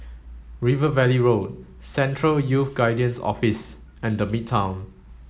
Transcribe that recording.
River Valley Road Central Youth Guidance Office and The Midtown